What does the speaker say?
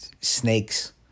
snakes